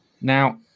Now